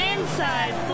Inside